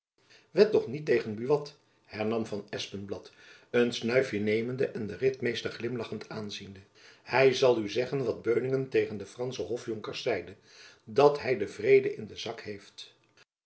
wed toch niet tegen buat hernam van espenblad een snuifjen nemende en den ritmeester glimlachend aanziende hy zal u zeggen wat van beuningen tegen de fransche hofjonkers zeide dat hy den vrede in den zak heeft